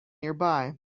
nearby